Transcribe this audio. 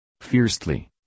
fiercely